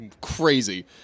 crazy